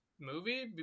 movie